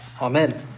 amen